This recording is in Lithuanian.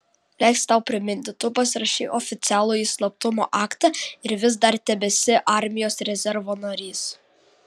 leisk tau priminti tu pasirašei oficialųjį slaptumo aktą ir vis dar tebesi armijos rezervo narys